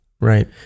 Right